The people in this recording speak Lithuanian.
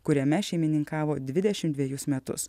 kuriame šeimininkavo dvidešim dvejus metus